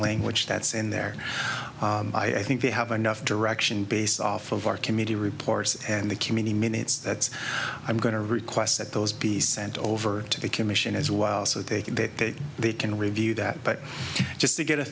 language that's in there i think they have enough direction based off of our committee reports and the committee minutes that i'm going to request that those be sent over to the commission as well so they can that they can review that but just to get a